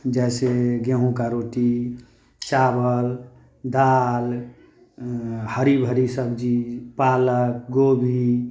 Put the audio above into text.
जैसे गेंहूँ का रोटी चावल दाल हरी भरी सब्जी पालक गोभी